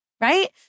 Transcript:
right